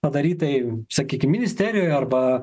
padarytai sakykim ministerijoje arba